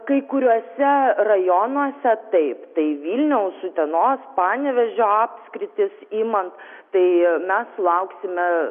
kai kuriuose rajonuose taip tai vilniaus utenos panevėžio apskritis imant tai mes sulauksime